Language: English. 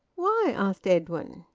why? asked edwin.